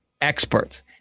experts